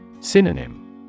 Synonym